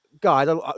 guys